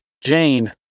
Jane